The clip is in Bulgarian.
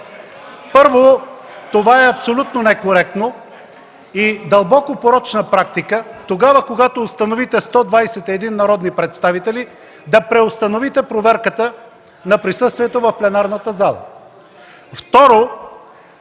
Първо, това е абсолютно некоректно и дълбоко порочна практика тогава, когато установите 121 народни представители, да преустановите проверката на присъствието в пленарната зала.